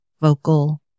vocal